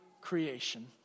creation